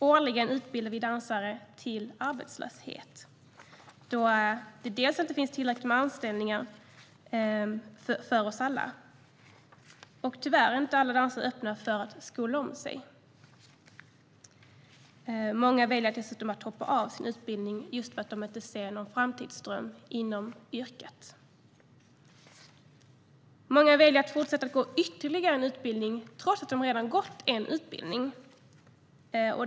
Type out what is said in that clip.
Årligen utbildas dansare till arbetslöshet, då det inte finns tillräckligt med anställningar för oss alla, och tyvärr är inte alla dansare öppna för att skola om sig. Många väljer dessutom att hoppa av sin utbildning just för att de inte ser någon framtid i yrket. Många väljer att gå ytterligare en utbildning trots att de redan har gått en.